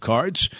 Cards